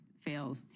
fails